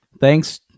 thanks